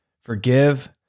forgive